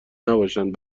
نباشند